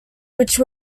which